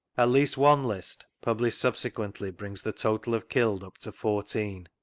at least one list, published subsequently, brings the total of killed up to fourteen.